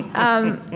um,